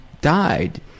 died